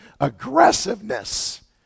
aggressiveness